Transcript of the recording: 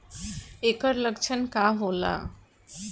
ऐकर लक्षण का होला?